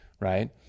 right